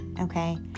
okay